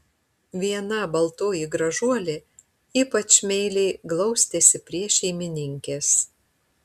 viena baltoji gražuolė ypač meiliai glaustėsi prie šeimininkės